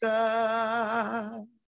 God